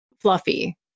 fluffy